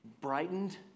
brightened